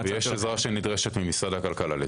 יש עזרה שנדרשת משרד הכלכלה.